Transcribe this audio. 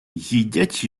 їдять